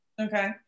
okay